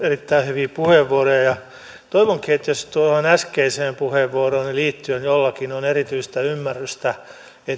erittäin hyviä puheenvuoroja ja toivonkin että jos tuohon äskeiseen puheenvuorooni liittyen jollakin on erityistä ymmärrystä